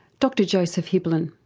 dr joseph hibbelin.